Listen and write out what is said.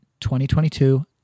2022